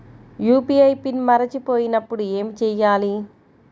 UPI pin మరచిపోయినప్పుడు ఏమి చేయాలి?